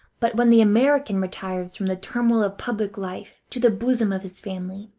but when the american retires from the turmoil of public life to the bosom of his family,